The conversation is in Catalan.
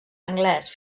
anglès